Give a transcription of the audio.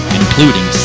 including